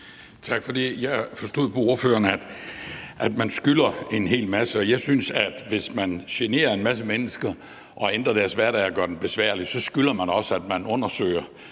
Tak for det. Jeg forstod på ordføreren, at man skylder en hel masse, og jeg synes, at hvis man generer en masse mennesker og ændrer deres hverdag og gør den besværlig, skylder man også, at man undersøger,